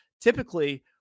typically